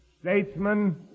statesmen